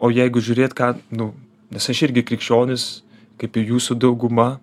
o jeigu žiūrėt ką nu nes aš irgi krikščionis kaip ir jūsų dauguma